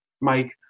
Mike